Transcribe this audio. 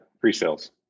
pre-sales